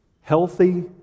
Healthy